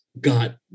got